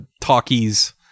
talkies